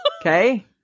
okay